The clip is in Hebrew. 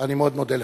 אני מאוד מודה לך.